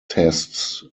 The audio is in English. tests